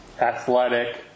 athletic